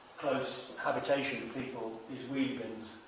close habitation of people is wheelie bins.